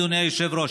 אדוני היושב-ראש,